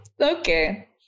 okay